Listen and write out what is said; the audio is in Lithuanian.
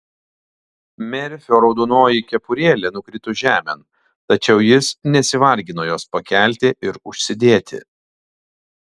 merfio raudonoji kepurėlė nukrito žemėn tačiau jis nesivargino jos pakelti ir užsidėti